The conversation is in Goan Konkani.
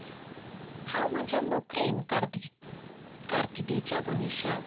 हांव म्हज्या नोकरेन कारदी कारगिदेच्या भविश्यांत